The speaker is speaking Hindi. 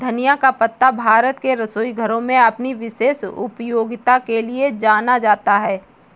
धनिया का पत्ता भारत के रसोई घरों में अपनी विशेष उपयोगिता के लिए जाना जाता है